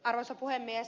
arvoisa puhemies